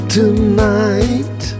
tonight